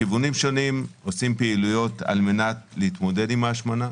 מכיוונים שונים אנחנו עושים פעילויות על מנת להתמודד עם ההשמנה.